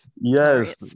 Yes